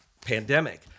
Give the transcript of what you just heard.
pandemic